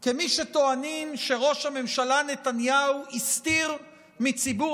כי מי שטוענים שראש הממשלה נתניהו הסתיר מציבור